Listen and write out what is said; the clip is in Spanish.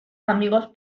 amigos